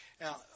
Now